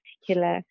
particular